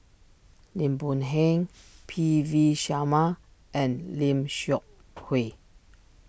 Lim Boon Heng P V Sharma and Lim Seok Hui